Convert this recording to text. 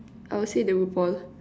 I'll say the RuPaul